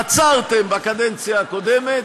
עצרתם בקדנציה הקודמת,